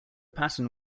pattern